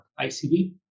ICB